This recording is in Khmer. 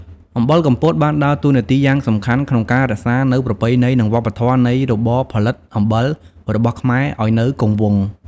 អំបិលកំពតបានដើរតួនាទីយ៉ាងសំខាន់ក្នុងការរក្សានូវប្រពៃណីនិងវប្បធម៌នៃរបរផលិតអំបិលរបស់ខ្មែរឲ្យនៅគង់វង្ស។